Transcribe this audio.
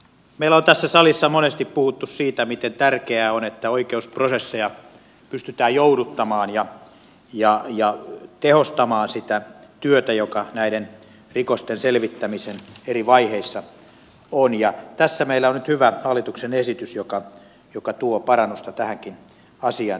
meillä on tässä salissa monesti puhuttu siitä miten tärkeää on että oikeusprosesseja pystytään jouduttamaan ja tehostamaan sitä työtä joka näiden rikosten selvittämisen eri vaiheissa on ja tässä meillä on nyt hyvä hallituksen esitys joka tuo parannusta tähänkin asiaan